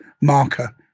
marker